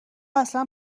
اصلا